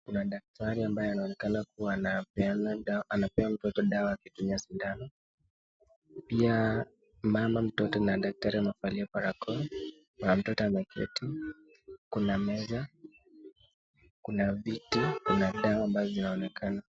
Kuna daktari ambayo anaonekana anapea mtoto dawa akitumia sindano, pia mama mtoto na daktari wanavalia barakoa na mtoto ameketi, na kuna meza, kuna viti na kuna dawa ambazo zinaonekana.